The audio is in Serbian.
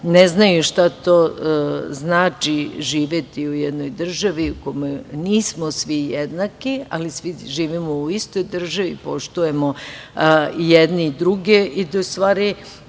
ne znaju šta to znači živeti u jednoj državi u kojoj nismo svi jednaki, ali svi živimo u istoj državi, poštujemo jedni druge i da je u stvari